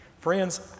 Friends